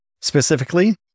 Specifically